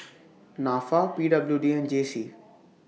Nafa P W D and J C